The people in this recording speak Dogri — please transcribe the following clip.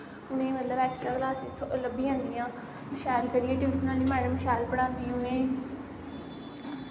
उने मतलव ऐक्सट्रा कलासिस लब्भी जंदियां शैल करियै टयूशन आह्ली मैडम शैल पढ़ांदी उ'नेंई